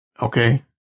okay